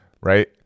right